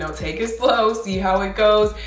take it slow, see how it goes.